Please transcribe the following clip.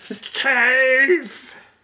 Cave